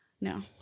No